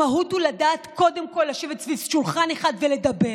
המהות היא לדעת קודם כול לשבת סביב שולחן אחד ולדבר,